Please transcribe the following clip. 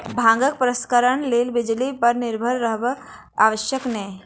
भांगक प्रसंस्करणक लेल बिजली पर निर्भर रहब आवश्यक नै